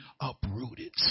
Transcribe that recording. uprooted